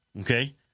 Okay